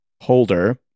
holder